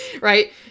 Right